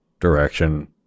direction